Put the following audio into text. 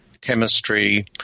chemistry